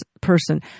person